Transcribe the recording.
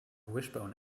wishbone